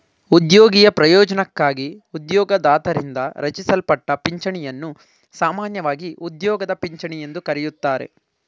ಉದ್ಯೋಗಿಯ ಪ್ರಯೋಜ್ನಕ್ಕಾಗಿ ಉದ್ಯೋಗದಾತರಿಂದ ರಚಿಸಲ್ಪಟ್ಟ ಪಿಂಚಣಿಯನ್ನು ಸಾಮಾನ್ಯವಾಗಿ ಉದ್ಯೋಗದ ಪಿಂಚಣಿ ಎಂದು ಕರೆಯುತ್ತಾರೆ